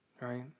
right